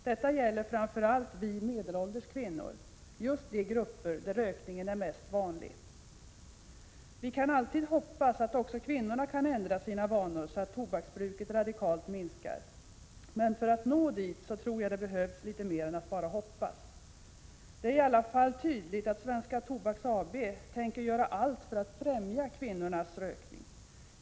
Detta gäller framför allt oss medelålders kvinnor — de grupper där rökningen är mest vanlig. Vi kan alltid hoppas att också kvinnorna kan ändra sina vanor så att tobaksbruket radikalt minskar. Men för att nå dit behövs litet mer än att bara hoppas. Det är i alla fall tydligt att Svenska Tobaks AB tänker göra allt för att främja kvinnornas rökning.